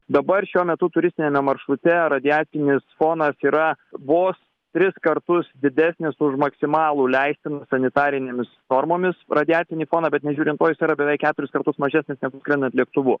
dabar šiuo metu turistiniame maršrute radiacinis fonas yra vos tris kartus didesnis už maksimalų leistiną sanitarinėmis normomis radiacinį foną bet nežiūrint to jis yra beveik keturis kartus mažesnis negu skrendant lėktuvu